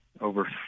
over